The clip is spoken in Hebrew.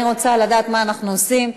אני רוצה לדעת מה אנחנו עושים.